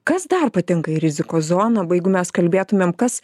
kas dar patenka į rizikos zoną va jeigu mes kalbėtumėm kas